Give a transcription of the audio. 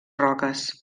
roques